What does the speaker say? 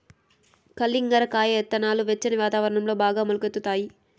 కలింగర కాయ ఇత్తనాలు వెచ్చని వాతావరణంలో బాగా మొలకెత్తుతాయి